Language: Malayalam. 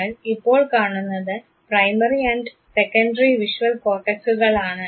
നിങ്ങൾ ഇപ്പോൾ കാണുന്നത് പ്രൈമറി ആൻഡ് സെക്കൻഡറി വിഷ്വൽ കോർട്ടക്സ്സുകളാണ്